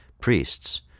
priests